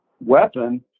weapon